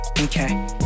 Okay